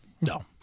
No